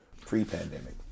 pre-pandemic